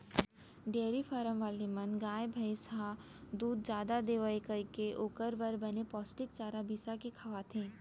dairy farm वाले मन गाय, भईंस ह दूद जादा देवय कइके ओकर बर बने पोस्टिक चारा बिसा के खवाथें